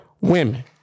women